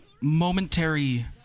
momentary